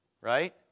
Right